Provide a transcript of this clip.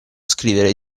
scrivere